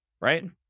right